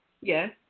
Yes